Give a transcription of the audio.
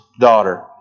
daughter